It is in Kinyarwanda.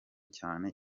cyane